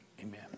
amen